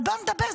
אבל בוא נדבר.